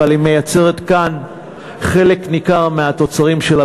אבל היא מייצרת כאן חלק ניכר מהמוצרים שלה.